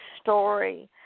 story